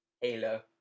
Halo